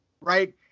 Right